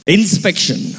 Inspection